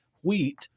wheat